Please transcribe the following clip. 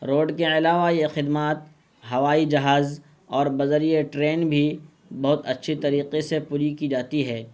road کے علاوہ یہ خدمات ہوائی جہاز اور بذریعہ ٹرین بھی بہت اچھی طریقے سے پوری کی جاتی ہے